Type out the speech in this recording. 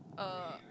uh